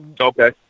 Okay